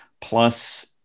plus